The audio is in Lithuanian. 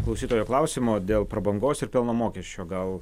klausytojo klausimo dėl prabangos ir pelno mokesčio gal